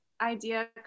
idea